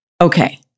Okay